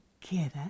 together